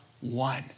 one